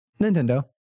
nintendo